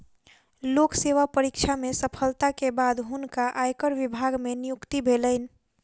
लोक सेवा परीक्षा में सफलता के बाद हुनका आयकर विभाग मे नियुक्ति भेलैन